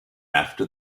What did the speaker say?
after